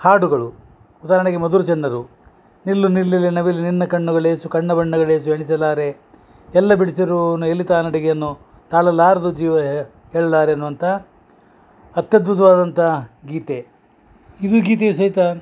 ಹಾಡುಗಳು ಉದಾಹರಣೆಗೆ ಮಧುರ ಚನ್ನರು ನಿಲ್ಲು ನಿಲ್ಲಿರೆ ನವಿಲೆ ನಿನ್ನ ಕಣ್ಣುಗಳ ಲೇಸು ಕಣ್ಣ ಬಣ್ಣ ಲೇಸು ಎಣಿಸಲಾರೆ ಎಲ್ಲಾ ಬಿಡಿಸಿರೂನು ಎಲ್ಲಿ ತಾ ನಡಿಗೆಯನ್ನು ತಾಳಲಾರದ ಜೀವಯೆ ಹೇಳ್ಲಾರೆನು ಅಂತ ಅತ್ಯದ್ಭುತವಾದಂಥ ಗೀತೆ ಇದು ಗೀತೆಯು ಸಹಿತ